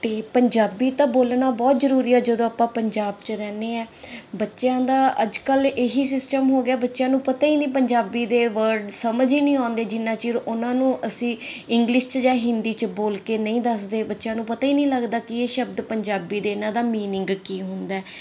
ਤੇ ਪੰਜਾਬੀ ਤਾਂ ਬੋਲਣਾ ਬਹੁਤ ਜਰੂਰੀ ਹੈ ਜਦੋਂ ਆਪਾਂ ਪੰਜਾਬ ਚ ਰਹਿਨੇ ਆ ਬੱਚਿਆਂ ਦਾ ਅੱਜ ਕੱਲ ਇਹੀ ਸਿਸਟਮ ਹੋ ਗਿਆ ਬੱਚਿਆਂ ਨੂੰ ਪਤਾ ਹੀ ਨਹੀਂ ਪੰਜਾਬੀ ਦੇ ਵਰਡ ਸਮਝ ਹੀ ਨਹੀਂ ਆਉਂਦੇ ਜਿੰਨਾ ਚਿਰ ਉਹਨਾਂ ਨੂੰ ਅਸੀਂ ਇੰਗਲਿਸ਼ 'ਚ ਜਾਂ ਹਿੰਦੀ ਚ ਬੋਲ ਕੇ ਨਹੀਂ ਦੱਸਦੇ ਬੱਚਿਆਂ ਨੂੰ ਪਤਾ ਹੀ ਨਹੀਂ ਲੱਗਦਾ ਕਿ ਇਹ ਸ਼ਬਦ ਪੰਜਾਬੀ ਦੇ ਇਹਨਾਂ ਦਾ ਮੀਨਿੰਗ ਕੀ ਹੁੰਦਾ